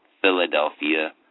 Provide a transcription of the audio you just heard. Philadelphia